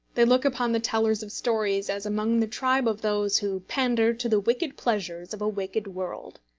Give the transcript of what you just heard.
they look upon the tellers of stories as among the tribe of those who pander to the wicked pleasures of a wicked world.